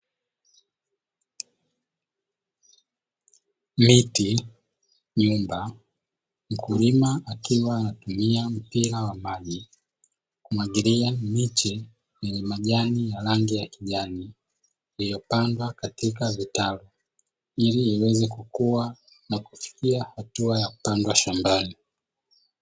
Miti, nyumba mkulima akiwa anatumia mpira wa maji kumwagilia miche yenye majani ya rangi ya kijani, iliyopandwa katika vitalu, ili iweze kukua na kufikia hatua ya kuweza kupandwa mashambani.